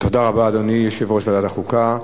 תודה רבה, אדוני יושב-ראש ועדת החוקה.